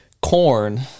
Corn